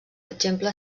exemple